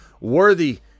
Worthy